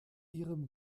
ihrem